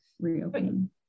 reopening